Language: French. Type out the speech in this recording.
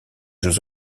jeux